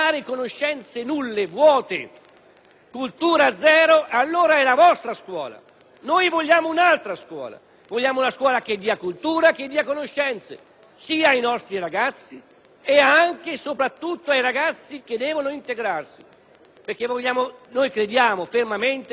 cultura zero, allora è la vostra scuola. Noi vogliamo un'altra scuola, che dia cultura e conoscenze, sia ai nostri ragazzi sia, e soprattutto, ai ragazzi stranieri che devono integrarsi, perché noi crediamo fermamente in una vera integrazione.